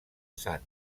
sant